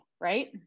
right